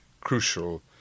crucial